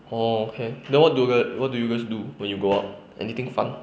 orh okay then what do you guy~ what do you guys do when you go out anything fun